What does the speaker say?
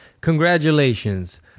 Congratulations